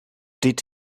did